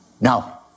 Now